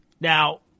now